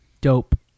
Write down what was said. Dope